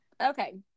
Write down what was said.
okay